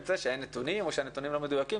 זה שאין נתונים או שהנתונים לא מדויקים.